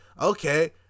okay